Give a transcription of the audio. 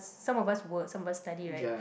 some of us work some of us study right